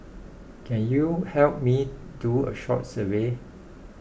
can you help me do a short survey